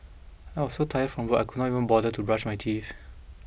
I was so tired from work I could not even bother to brush my teeth